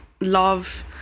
love